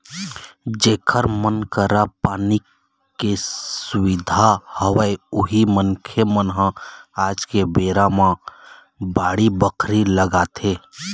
जेखर मन करा पानी के सुबिधा हवय उही मनखे मन ह आज के बेरा म बाड़ी बखरी लगाथे